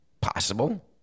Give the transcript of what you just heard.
Possible